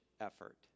effort